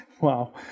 Wow